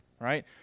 right